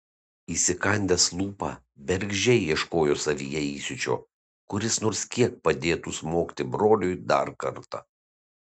įsikandęs lūpą bergždžiai ieškojo savyje įsiūčio kuris nors kiek padėtų smogti broliui dar kartą